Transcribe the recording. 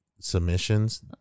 submissions